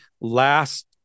last